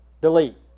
delete